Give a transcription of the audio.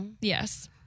Yes